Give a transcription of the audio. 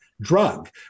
drug